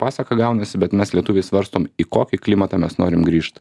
pasaką gaunasi bet mes lietuviai svarstom į kokį klimatą mes norim grįžt